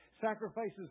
Sacrifices